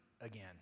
again